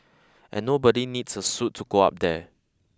and nobody needs a suit to go up there